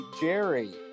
Jerry